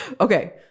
okay